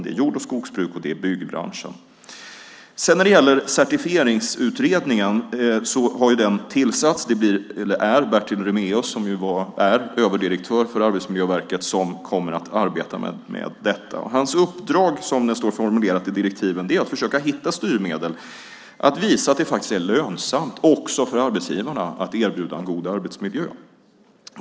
Det är jord och skogsbruk, och det är byggbranschen. Certifieringsutredningen har tillsatts. Det är Bertil Remaeus som är överdirektör för Arbetsmiljöverket som kommer att arbeta med detta. Hans uppdrag, som det står formulerat i direktiven, är att försöka hitta styrmedel, att visa att det faktiskt är lönsamt också för arbetsgivarna att erbjuda en god arbetsmiljö.